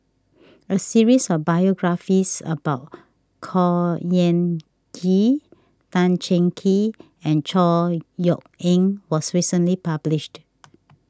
a series of biographies about Khor Ean Ghee Tan Cheng Kee and Chor Yeok Eng was recently published